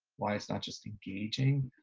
why it's not just engaging,